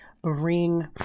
Bring